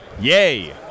Yay